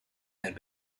had